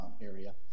area